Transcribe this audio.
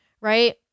right